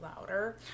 louder